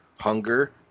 hunger